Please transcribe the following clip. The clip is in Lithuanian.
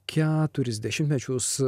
keturis dešimtmečius